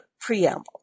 preamble